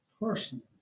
personally